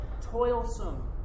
toilsome